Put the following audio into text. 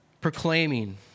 proclaiming